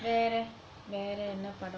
வேற வேற என்ன படம்:vera vera enna padam